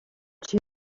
two